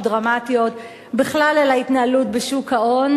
דרמטיות על ההתנהלות בכלל בשוק ההון,